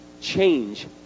change